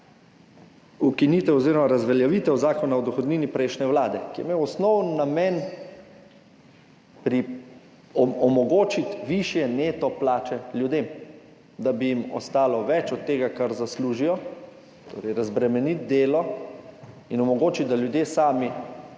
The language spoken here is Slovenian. Ukinitev oziroma razveljavitev Zakona o dohodnini prejšnje vlade, ki je imel osnovni namen omogočiti višje neto plače ljudem, da bi jim ostalo več od tega, kar zaslužijo, torej razbremeniti delo in omogočiti, da ljudje sami